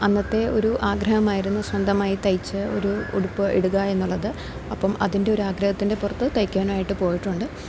അന്നത്തെ ഒരു ആഗ്രഹമായിരുന്നു സ്വന്തമായി തയ്ച്ച് ഒരു ഉടുപ്പ് ഇടുക എന്ന് ഉള്ളത് അപ്പം അതിൻ്റെ ഒരു ആഗ്രഹത്തിൻ്റെ പുറത്ത് തയ്ക്കാനായിട്ട് പോയിട്ടുണ്ട്